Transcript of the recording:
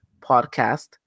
podcast